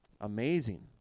amazing